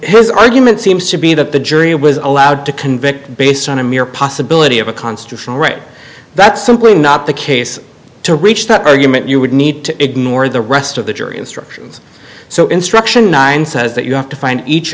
his argument seems to be that the jury was allowed to convict based on a mere possibility of a constitutional right that's simply not the case to reach that argument you would need to ignore the rest of the jury instructions so instruction nine says that you have to find each